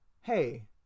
hey